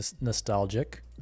nostalgic